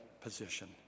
position